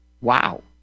Wow